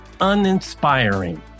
uninspiring